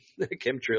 Chemtrails